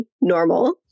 normal